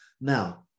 Now